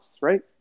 right